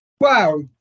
Wow